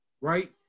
right